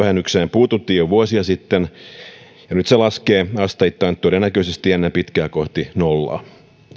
puututtiin jo vuosia sitten ja nyt se laskee asteittain todennäköisesti ennen pitkää kohti nollaa